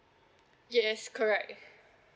yes correct